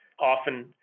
often